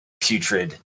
putrid